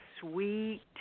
sweet